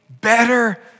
better